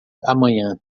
amanhã